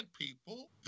people